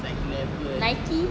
nike